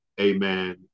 amen